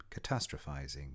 catastrophizing